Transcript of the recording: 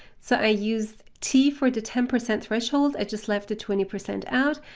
so i used t for the ten percent threshold, i just left the twenty percent out,